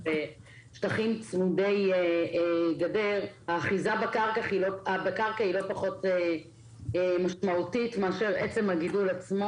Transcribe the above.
ובשטחים צמודי גדר האחיזה בקרקע היא לא פחות משמעותית ממלאכת הגידול,